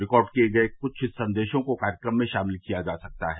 record किए गए कुछ संदेशों को कार्यक्रम में शामिल किया जा सकता है